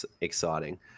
exciting